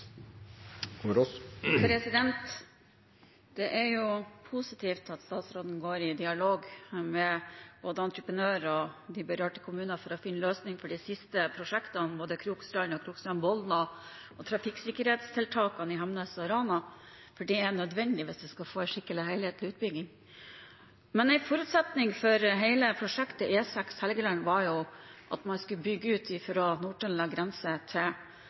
positivt at statsråden går i dialog med både entreprenører og de berørte kommunene for å finne løsninger for de siste prosjektene, både Krokstrand, Krokstrand–Bolna og trafikksikkerhetstiltakene i Hemnes og Rana. Det er nødvendig hvis vi skal få en skikkelig helhetlig utbygging. Men en forutsetning for hele prosjektet E6 Helgeland var at man skulle bygge ut fra Nord-Trøndelag grense til